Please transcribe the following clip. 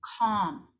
calm